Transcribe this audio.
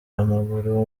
w’amaguru